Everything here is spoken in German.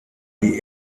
die